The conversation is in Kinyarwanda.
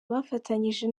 bafatanyije